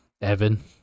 Evan